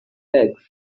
legs